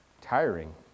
tiring